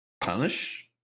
Punish